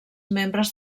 membres